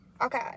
okay